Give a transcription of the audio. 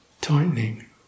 Tightening